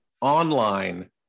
online